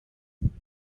and